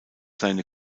seine